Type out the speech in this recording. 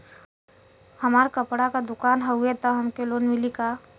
हमार कपड़ा क दुकान हउवे त हमके लोन मिली का?